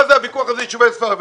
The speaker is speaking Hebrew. מה זה הוויכוח הזה על יישובי ספר?